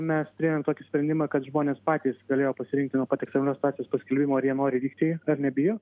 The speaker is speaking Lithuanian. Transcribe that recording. mes turėjom tokį sprendimą kad žmonės patys galėjo pasirinkti nuo pat ekstremalios situacijos paskelbimo ar jie nori vykti ar nebijo